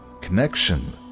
connection